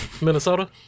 Minnesota